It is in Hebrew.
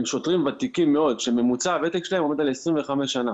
הם שוטרים ותיקים מאוד שממוצע הוותק שלהם עומד על 25 שנה,